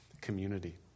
community